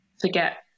forget